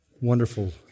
wonderful